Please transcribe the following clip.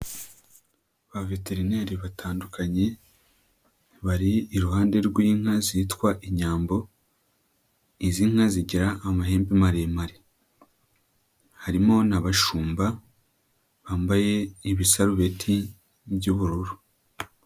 Ba veterineri batandukanye bari iruhande rw'inka zitwa inyambo, izi nka zigira amahembe maremare, harimo n'abashumba bambaye ibisarubeti by'ubururu.